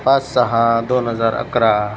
पाच सहा दोन हजार अकरा